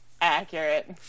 accurate